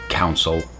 Council